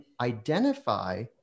identify